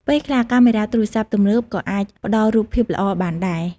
ពេលខ្លះ កាមេរ៉ាទូរសព្ទទំនើបក៏អាចផ្តល់រូបភាពល្អបានដែរ។